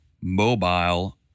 mobile